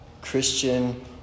Christian